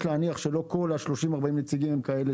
יש להניח שלא כל ה-30-40 נציגים הם כאלה